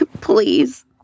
Please